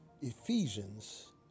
Ephesians